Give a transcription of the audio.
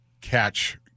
catch